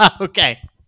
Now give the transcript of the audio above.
Okay